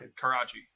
Karachi